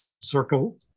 circle